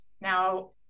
now